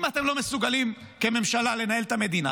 אם אתם לא מסוגלים כממשלה לנהל את המדינה,